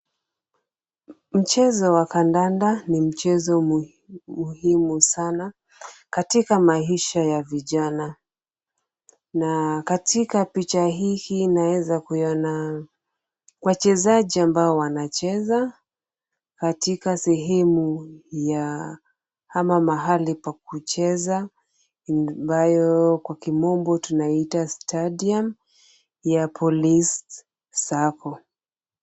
Mchezo wa kananda ni mchezo muhimu sana katika maisha ya vijana na katika picha hii naiweza kuiona wachezaji ambao wanacheza katika sehemu ya ama mahali wa kucheza ambayo kwa kimombo tunaita stadium ya police Sacco.